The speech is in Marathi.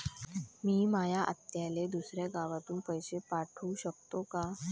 मी माया आत्याले दुसऱ्या गावातून पैसे पाठू शकतो का?